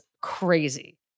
crazy